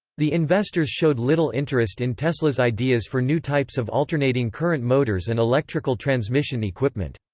the investors showed little interest in tesla's ideas for new types of alternating current motors and electrical transmission equipment.